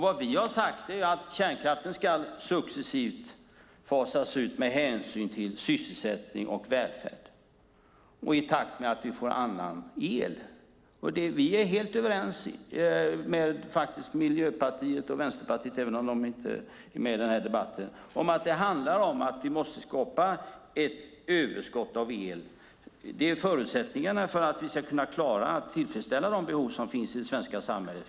Vad vi har sagt är att kärnkraften successivt ska fasas ut med hänsyn till sysselsättning och välfärd och i takt med att vi får annan el. Vi är helt överens med Miljöpartiet och Vänsterpartiet, även om Miljöpartiet inte är med i den här debatten, om att det handlar om att vi måste skapa ett överskott av el. Det är förutsättningen för att vi ska kunna klara att tillfredsställa de behov som finns i det svenska samhället.